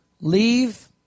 leave